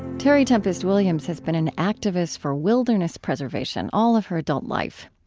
terry tempest williams has been an activist for wilderness preservation all of her adult life.